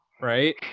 right